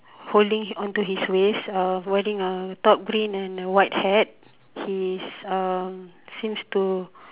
holding on to his waist or wearing a top green and a white hat his um seems to